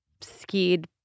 skied